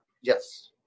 yes